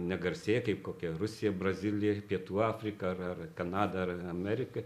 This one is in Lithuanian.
negarsėja kaip kokia rusija brazilija pietų afrika ar ar kanada ar amerika